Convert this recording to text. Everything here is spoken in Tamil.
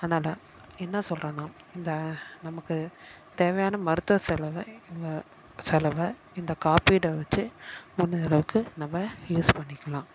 அதனால் என்ன சொல்கிறேன்னா இந்த நமக்கு தேவையான மருத்துவ செலவை இந்த செலவை இந்த காப்பீடை வச்சு முன்னேறுறதுக்கு நம்ம யூஸ் பண்ணிக்கலாம்